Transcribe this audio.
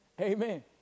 Amen